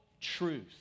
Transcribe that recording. truth